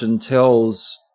tells